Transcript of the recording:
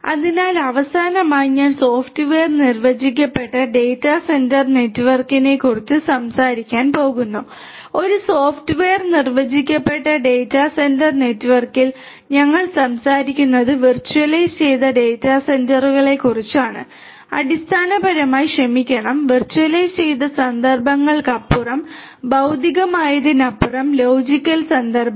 അതിനാൽ അവസാനമായി ഞാൻ സോഫ്റ്റ്വെയർ നിർവചിക്കപ്പെട്ട ഡാറ്റാ സെന്റർ നെറ്റ്വർക്കിനെക്കുറിച്ച് സംസാരിക്കാൻ പോകുന്നു ഒരു സോഫ്റ്റ്വെയർ നിർവചിക്കപ്പെട്ട ഡാറ്റാ സെന്റർ നെറ്റ്വർക്കിൽ ഞങ്ങൾ സംസാരിക്കുന്നത് വെർച്വലൈസ് ചെയ്ത ഡാറ്റാ സെന്ററുകളെക്കുറിച്ചാണ് അടിസ്ഥാനപരമായി ക്ഷമിക്കണം വെർച്വലൈസ് ചെയ്ത സന്ദർഭങ്ങൾക്കപ്പുറം ഭൌതികമായതിനപ്പുറം ലോജിക്കൽ സന്ദർഭങ്ങൾ